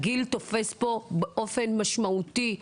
הגיל הוא פקטור מאוד משמעותי פה.